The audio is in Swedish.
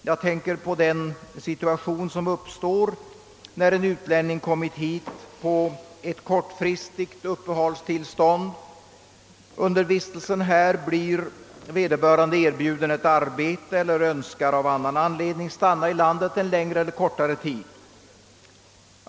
Jag tänker bl.a. på den situation som uppstår när en utlänning kommit hit på ett kortfristigt uppehållstillstånd. Under vistelsen här blir vederbörande kanske erbjuden ett arbete eller önskar av annan anledning stanna i landet en längre eller kortare tid.